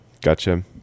gotcha